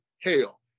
hell